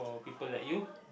people like you